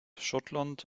schottland